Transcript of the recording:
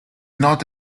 not